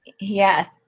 Yes